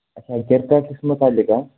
اَچھا اَچھا یہِ چھا تٔتھۍ مُتعلِق ہاں